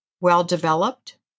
well-developed